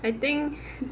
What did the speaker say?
I think